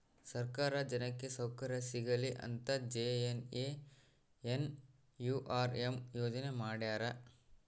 ಸರ್ಕಾರ ಜನಕ್ಕೆ ಸೌಕರ್ಯ ಸಿಗಲಿ ಅಂತ ಜೆ.ಎನ್.ಎನ್.ಯು.ಆರ್.ಎಂ ಯೋಜನೆ ಮಾಡ್ಯಾರ